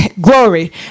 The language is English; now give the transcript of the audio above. glory